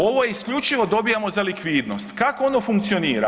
Ovo je isključivo dobivamo za likvidnost, kako ono funkcionira?